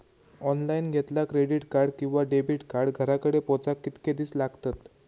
Online घेतला credit card किंवा debit card घराकडे पोचाक कितके दिस लागतत?